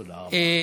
תודה רבה.